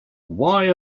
why